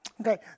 Okay